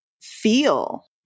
feel